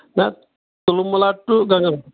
نہَ تُلمُلا ٹُو گَگن